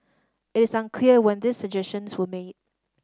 it is unclear when these suggestions were made